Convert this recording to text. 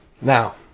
Now